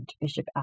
Bishop